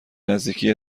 نزدیکی